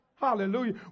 Hallelujah